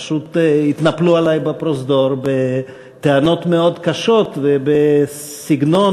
פשוט התנפלו עלי בפרוזדור בטענות מאוד קשות ובסגנון